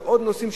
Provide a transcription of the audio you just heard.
גם בעוד נושאים,